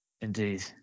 Indeed